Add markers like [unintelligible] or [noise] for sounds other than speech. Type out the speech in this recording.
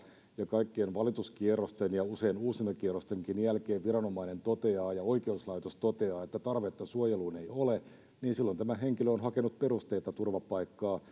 ja kaikkien valituskierrosten ja usein uusintakierrostenkin jälkeen viranomainen toteaa ja oikeuslaitos toteaa että tarvetta suojeluun ei ole niin silloin tämä henkilö on hakenut perusteitta turvapaikkaa [unintelligible]